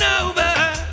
over